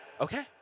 okay